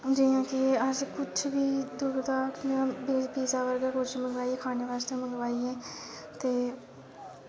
जियां कि अस कुछ वी दूर दा जियां पिज्जा बर्गर कुछ मंगवाइये खाने वास्तै मंगवाइये ते